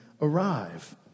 arrive